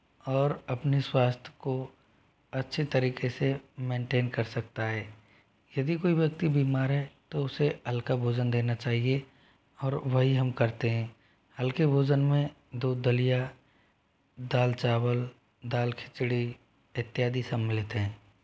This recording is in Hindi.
और अपने स्वास्थ्य को अच्छे तरीके से मेंटेन कर सकता है यदि कोई व्यक्ति बीमार है तो उसे हल्का भोजन देना चाहिए और वही हम करते हैं हल्के भोजन में दूध दलिया दाल चावल दाल खिचड़ी इत्यादि सम्मिलित हैं